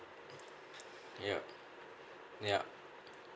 yup yup